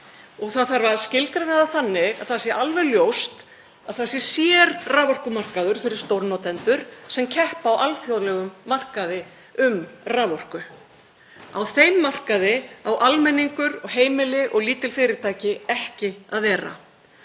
Það þarf að skilgreina það þannig að það sé alveg ljóst að það sé sérraforkumarkaður fyrir stórnotendur sem keppa á alþjóðlegum markaði um raforku. Á þeim markaði eiga almenningur og heimili og lítil fyrirtæki ekki að vera.